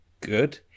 good